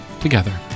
together